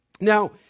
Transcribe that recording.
Now